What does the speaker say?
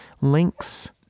links